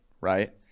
right